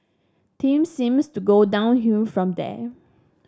things seems to go downhill from there